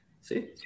see